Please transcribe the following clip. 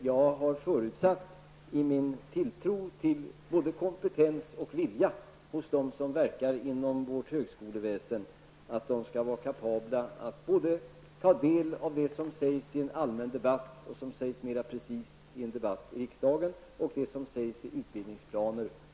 Jag har förutsatt i min tilltro till både kompetens och vilja hos dem som verkar inom vårt högskoleväsen att de skall vara kapabla att både ta del av det som sägs i en allmän debatt, mer precist i en debatt i riksdagen eller i utbildningsplaner.